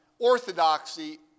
orthodoxy